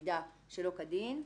נכון?